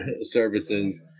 services